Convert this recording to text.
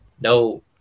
no